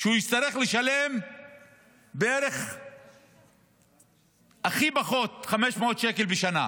הוא יצטרך לשלם לכל הפחות 500 שקל בשנה.